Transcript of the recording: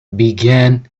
began